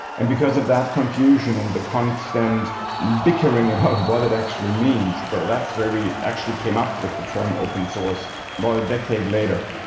and because of that confusion and the constant bickering about what it actually means. so that's where we actually came up with the term open source about a decade later.